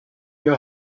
your